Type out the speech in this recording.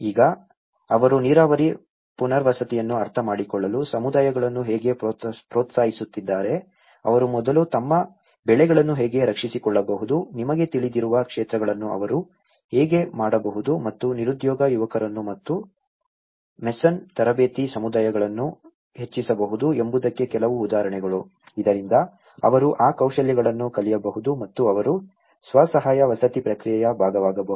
ಈಗ ಅವರು ನೀರಾವರಿ ಪುನರ್ವಸತಿಯನ್ನು ಅರ್ಥಮಾಡಿಕೊಳ್ಳಲು ಸಮುದಾಯಗಳನ್ನು ಹೇಗೆ ಪ್ರೋತ್ಸಾಹಿಸುತ್ತಿದ್ದಾರೆ ಅವರು ಮೊದಲು ತಮ್ಮ ಬೆಳೆಗಳನ್ನು ಹೇಗೆ ರಕ್ಷಿಸಿಕೊಳ್ಳಬಹುದು ನಿಮಗೆ ತಿಳಿದಿರುವ ಕ್ಷೇತ್ರಗಳನ್ನು ಅವರು ಹೇಗೆ ಮಾಡಬಹುದು ಮತ್ತು ನಿರುದ್ಯೋಗ ಯುವಕರನ್ನು ಮತ್ತು ಮೇಸನ್ ತರಬೇತಿಯ ಸಮುದಾಯಗಳನ್ನು ಹೆಚ್ಚಿಸಬಹುದು ಎಂಬುದಕ್ಕೆ ಕೆಲವು ಉದಾಹರಣೆಗಳು ಇದರಿಂದ ಅವರು ಆ ಕೌಶಲ್ಯಗಳನ್ನು ಕಲಿಯಬಹುದು ಮತ್ತು ಅವರು ಸ್ವ ಸಹಾಯ ವಸತಿ ಪ್ರಕ್ರಿಯೆಯ ಭಾಗವಾಗಬಹುದು